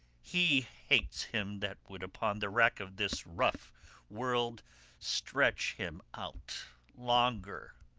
he hates him that would upon the rack of this rough world stretch him out longer.